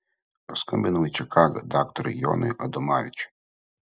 paskambinau į čikagą daktarui jonui adomavičiui